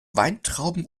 weintrauben